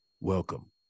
welcome